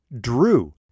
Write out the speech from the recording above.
Drew